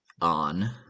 on